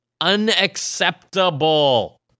Unacceptable